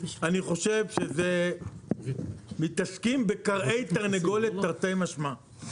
אני חושב שזה מתעסקים בכרעי תרנגולת תרתי משמע.